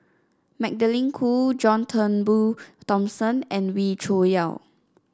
Magdalene Khoo John Turnbull Thomson and Wee Cho Yaw